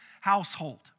household